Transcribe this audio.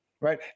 Right